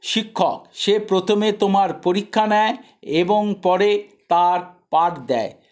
শিক্ষক সে প্রথমে তোমার পরীক্ষা নেয় এবং পরে তার পাঠ দেয়